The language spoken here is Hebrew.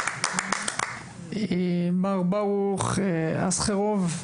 ברוך אסקרוב,